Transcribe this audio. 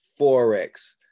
Forex